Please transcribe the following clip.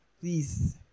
please